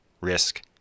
risk